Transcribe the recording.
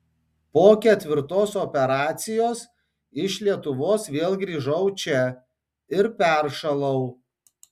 po ketvirtos operacijos iš lietuvos vėl grįžau čia ir peršalau